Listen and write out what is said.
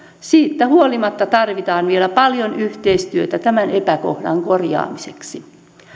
siitä huolimatta tarvitaan vielä paljon yhteistyötä tämän epäkohdan korjaamiseksi